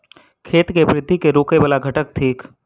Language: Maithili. खेती केँ वृद्धि केँ रोकय वला घटक थिक?